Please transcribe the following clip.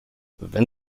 wenn